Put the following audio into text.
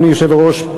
אדוני היושב-ראש,